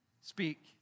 speak